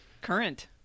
Current